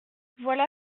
voilà